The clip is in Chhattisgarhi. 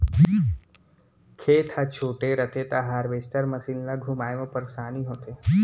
खेत ह छोटे रथे त हारवेस्टर मसीन ल घुमाए म परेसानी होथे